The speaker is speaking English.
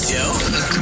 Joe